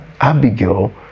abigail